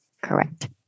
Correct